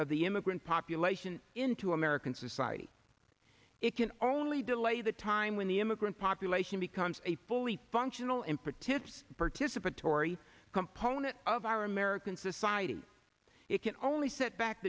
of the immigrant population into american society it can only delay the time when the immigrant population becomes a fully functional imported participatory component of our american society it can only set back